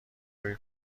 روی